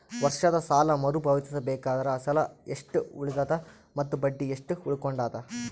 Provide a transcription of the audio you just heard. ವರ್ಷದ ಸಾಲಾ ಮರು ಪಾವತಿಸಬೇಕಾದರ ಅಸಲ ಎಷ್ಟ ಉಳದದ ಮತ್ತ ಬಡ್ಡಿ ಎಷ್ಟ ಉಳಕೊಂಡದ?